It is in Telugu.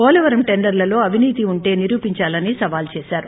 పోలవరం టెండోర్లలో అవినీతి ఉంటే నిరూపించాలని సవాల్ చేశారు